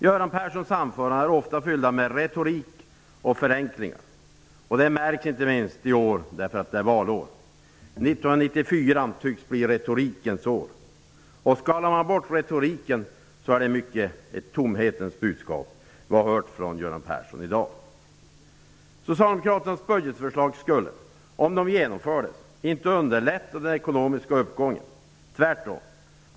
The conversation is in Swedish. Göran Perssons anföranden är ofta fyllda med retorik och förenklingar. Det märks inte minst i år, när det är valår. 1994 tycks bli retorikens år. Om man skalar bort retoriken är det i mycket ett tomhetens budskap som vi har hört från Göran Socialdemokraternas budgetförslag skulle om de genomfördes inte underlätta den ekonomiska uppgången -- tvärtom.